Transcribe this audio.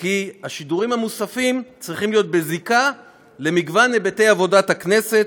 כי השידורים המוספים צריכים להיות בזיקה למגוון היבטי עבודת הכנסת,